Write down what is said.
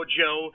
Joe